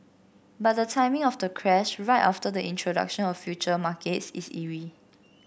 but the timing of the crash right after the introduction of future markets is eerie